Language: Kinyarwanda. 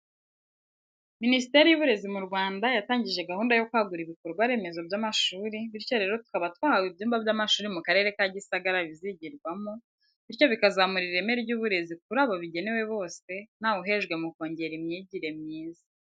Minisiteri y'uburezi mu Rwanda yatangije gahunda yo kwagura ibikorwa remezo by'amashuri, bityo rero tukaba twahawe ibyumba by'amashuri mu Karere ka Gisagara bizigirwamo, bityo bikazamura ireme ryuburezi kuri abo bigenewe bose, ntawuhejwe mu kongera imyigire myiza.